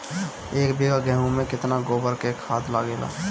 एक बीगहा गेहूं में केतना गोबर के खाद लागेला?